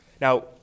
Now